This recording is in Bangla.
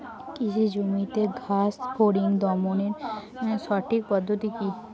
কৃষি জমিতে ঘাস ফরিঙ দমনের সঠিক পদ্ধতি কি?